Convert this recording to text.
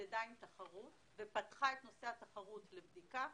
התמודדה עם תחרות ופתחה את נושא התחרות לבדיקה,